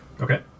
Okay